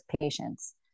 patients